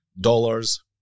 dollars